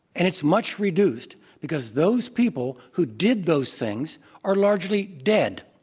and it's much reduced because those people who did those things are largely dead.